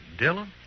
Dylan